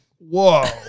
Whoa